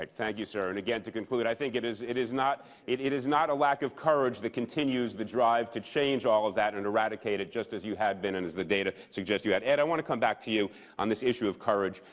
thank you, sir. and again to conclude, i think it is it is not it it is not a lack of courage that continues the drive to change all of that and eradicate it, just as you had been, and as the data suggested you had. ed, i want to come back to you on this issue of courage.